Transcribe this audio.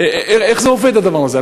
איך זה עובד הדבר הזה?